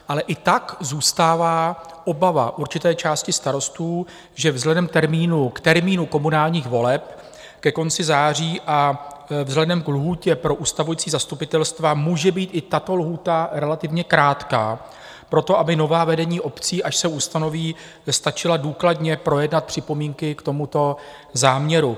Ale i tak zůstává obava určité části starostů, že vzhledem k termínu komunálních voleb ke konci září a vzhledem ke lhůtě pro ustavující zastupitelstva může být i tato lhůta relativně krátká pro to, aby nová vedení obcí, až se ustanoví, stačila důkladně projednat připomínky k tomuto záměru.